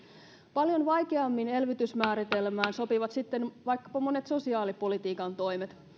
paljon vaikeammin elvytysmääritelmään sopivat sitten vaikkapa monet sosiaalipolitiikan toimet